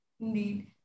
Indeed